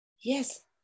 Yes